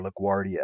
LaGuardia